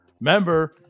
remember